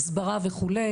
הסברה וכו'.